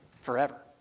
forever